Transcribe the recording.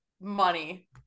money